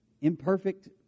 imperfect